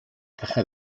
caja